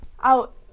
out